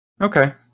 Okay